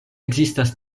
ekzistas